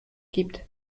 gibt